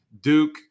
Duke